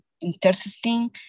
interesting